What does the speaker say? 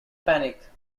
panic